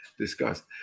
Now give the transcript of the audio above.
discussed